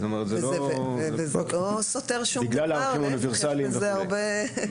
בגלל ערכים אוניברסליים וכו'.